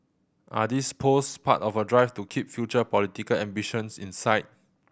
are these posts part of a drive to keep future political ambitions in sight